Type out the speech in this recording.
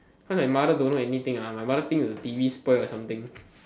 cause my mother don't know anything my mother think is t_v spoil or something